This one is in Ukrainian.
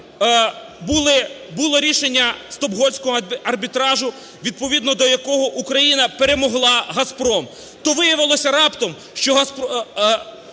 було рішення Стокгольмського арбітражу, відповідно до якого Україна перемогла "Газпром". То виявилося раптом,